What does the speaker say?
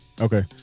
Okay